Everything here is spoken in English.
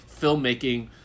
filmmaking